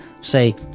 say